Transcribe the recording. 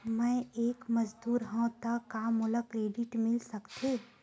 मैं ह एक मजदूर हंव त का मोला क्रेडिट मिल सकथे?